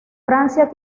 francia